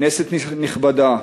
כנסת נכבדה,